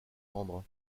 rendre